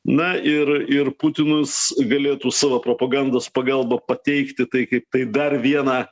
na ir ir putinas galėtų savo propagandos pagalba pateikti tai kaip tai dar vieną